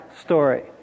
story